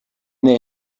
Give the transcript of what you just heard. they